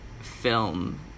film